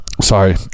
Sorry